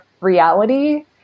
reality